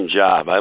job